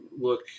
look